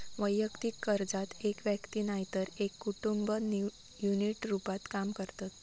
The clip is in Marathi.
वैयक्तिक कर्जात एक व्यक्ती नायतर एक कुटुंब युनिट रूपात काम करतत